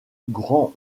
grand